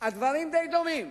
הדברים די דומים.